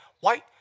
white